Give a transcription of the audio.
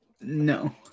No